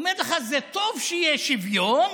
הוא אומר לך: זה טוב שיש שוויון,